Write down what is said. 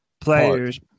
players